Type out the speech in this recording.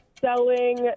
selling